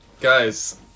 Guys